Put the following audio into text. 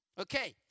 Okay